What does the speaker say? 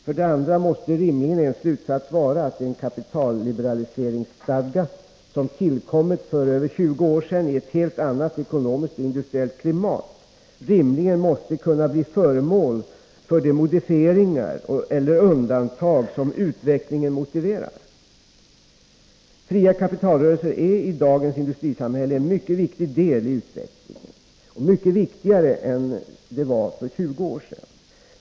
För det andra måste en slutsats vara att en kapitalliberaliseringsstadga, som tillkommit för över 20 år sedan i ett helt annat ekonomiskt och industriellt klimat, rimligen måste kunna bli föremål för de modifieringar eller undantag som utvecklingen motiverar. Fria kapitalrörelser är i dagens industrisamhälle en mycket viktigare del i utvecklingen än för 20 år sedan.